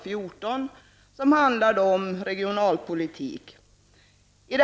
14, som handlar om regionalpolitik.